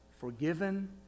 forgiven